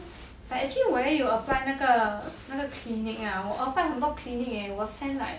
but actually 我也有 apply 那个那个 clinic lah 我 apply 很多 clinic eh 我 send like